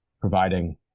providing